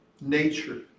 nature